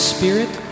Spirit